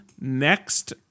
next